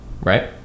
right